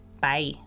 Bye